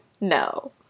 No